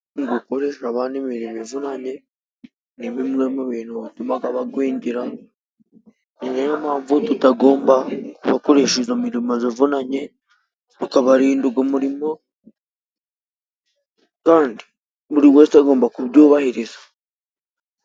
Gukoresha abana imirimo ivunanye ni bimwe mu bintu bitumaga bagwingira. Niyo mpamvu tutagomba kubakoresha izo mirimo zivunanye, tukabarinda ugo murimo, kandi buri wese agomba kubyubahiriza.